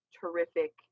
terrific